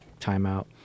timeout